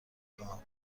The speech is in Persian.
خواهم